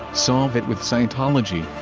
solve it with scientology.